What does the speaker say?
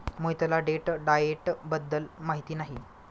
मोहितला date diet बद्दल माहिती नाही